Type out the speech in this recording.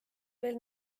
veel